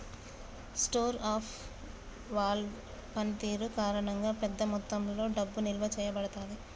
store of value పనితీరు కారణంగా, పెద్ద మొత్తంలో డబ్బు నిల్వ చేయబడతాది